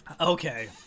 Okay